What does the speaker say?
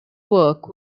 work